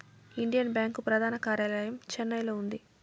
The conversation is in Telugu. ఇండియన్ బ్యాంకు ప్రధాన కార్యాలయం చెన్నైలో ఉంది